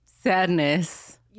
Sadness